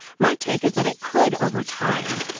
my take is that it could over time,